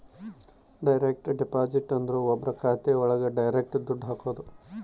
direct deposit ಅಂದ್ರ ಒಬ್ರು ಖಾತೆ ಒಳಗ ಡೈರೆಕ್ಟ್ ದುಡ್ಡು ಹಾಕೋದು